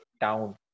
down